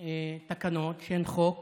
הופלו תקנות של חוק